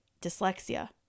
dyslexia